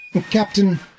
Captain